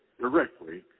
directly